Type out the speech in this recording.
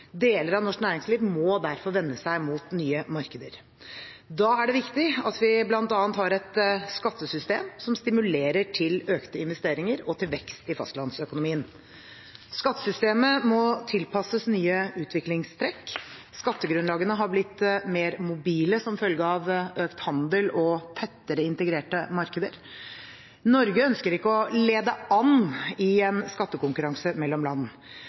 deler av norsk næringsliv må derfor vende seg mot nye markeder. Da er det viktig at vi bl.a. har et skattesystem som stimulerer til økte investeringer og til vekst i fastlandsøkonomien. Skattesystemet må tilpasses nye utviklingstrekk, skattegrunnlagene har blitt mer mobile som følge av økt handel og tettere integrerte markeder. Norge ønsker ikke å lede an i en skattekonkurranse mellom land,